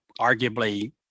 arguably